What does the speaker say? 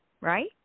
right